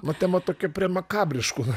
va tema tokia prie makabriškų